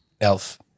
Elf